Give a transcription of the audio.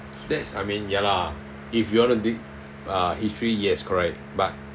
that's I mean ya lah if you want to dig uh history yes correct but